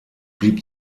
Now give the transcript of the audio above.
blieb